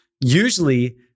Usually